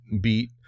beat